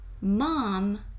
mom